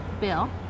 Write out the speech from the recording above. Bill